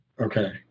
Okay